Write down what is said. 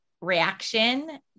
reaction